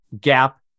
gap